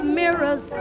mirrors